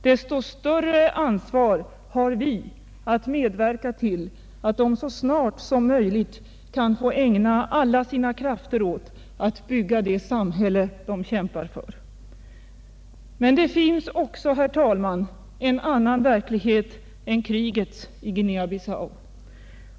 Desto större ansvar har vi att medverka till att befrielserörelsens folk så snart som möjligt kan få ägna alla sina krafter ät att bygga det samhälle de kämpar för. Men det finns också, herr talman, en annan verklighet än krigets i Guinca Bissau.